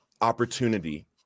opportunity